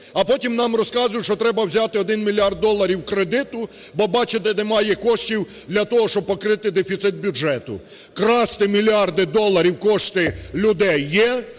а потім нам розказують, що треба взяти 1 мільярд доларів кредиту, бо, бачите, немає коштів для того, щоб покрити дефіцит бюджету. Красти мільярди доларів коштів людей є